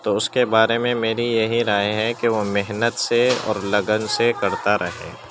تو اس کے بارے میں میری یہی رائے ہے کہ وہ محنت سے اور لگن سے کرتا رہے